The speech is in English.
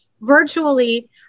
virtually